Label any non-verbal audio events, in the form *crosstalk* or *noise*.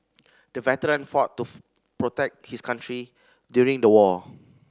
the veteran fought to *unintelligible* protect his country during the war